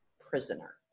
prisoner